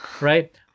right